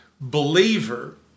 believer